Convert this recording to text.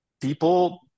people